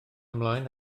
ymlaen